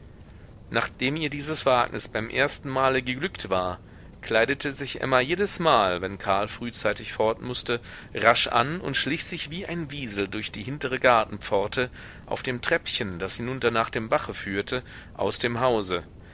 nachdem ihr dieses wagnis beim ersten male geglückt war kleidete sich emma jedesmal wenn karl frühzeitig fort mußte rasch an und schlich sich wie ein wiesel durch die hintere gartenpforte auf dem treppchen das hinunter nach dem bache führte aus dem hause